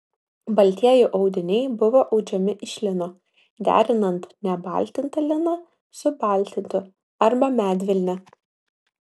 baltieji audiniai buvo audžiami iš lino derinant nebaltintą liną su baltintu arba medvilne